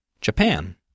Japan